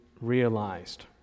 realized